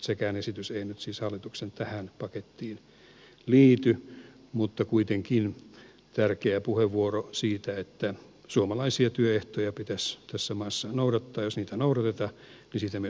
sekään esitys ei nyt siis hallituksen tähän pakettiin liity mutta on kuitenkin tärkeä puheenvuoro siitä että suomalaisia työehtoja pitäisi tässä maassa noudattaa ja jos niitä ei noudateta niin siitä myös seuraa jotakin